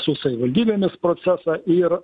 su savivaldybėmis procesą ir